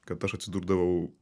kad aš atsidurdavau